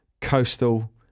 Coastal